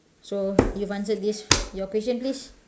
so you've answered this your question please